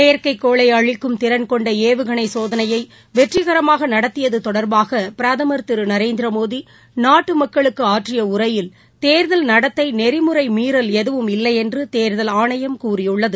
செயற்கைக்கோளை அழிக்கும் திறன்கொண்ட ஏவுகணை சோதனையை வெற்றிகரமாக நடத்தியது தொடர்பாக பிரதமர் திரு நரேந்திர மோடி நாட்டு மக்களுக்கு ஆற்றிய உரையில் தேர்தல் நடத்தை நெறிமுறை மீறல் எதுவும் இல்லையென்று தேர்தல் ஆணையம் கூறியுள்ளது